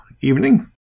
evening